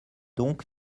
donc